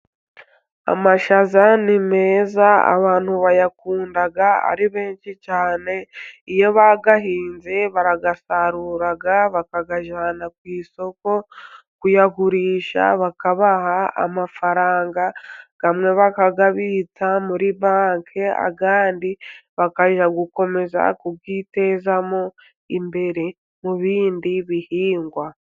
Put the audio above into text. Amashaza ni meza abantu bayakunda ari benshi cyane, iyo bayahinze barayasarura bakayajyana ku isoko kuyagurisha bakabaha amafaranga, amwe bakayabitsa muri banki, andi bakayajyana gukomeza mu kwitezamo imbere mu bindi bihingwa.